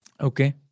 Okay